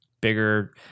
bigger